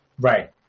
right